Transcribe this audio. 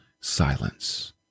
silence